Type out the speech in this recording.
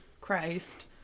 christ